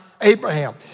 Abraham